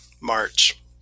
March